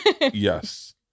yes